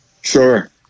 Sure